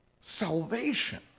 salvation